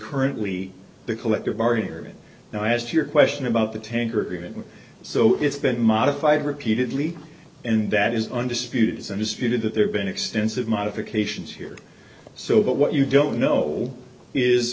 currently the collective bargaining agreement now as to your question about the tanker agreement so it's been modified repeatedly and that is undisputed isn't disputed that there's been extensive modifications here so but what you don't know is